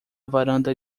varanda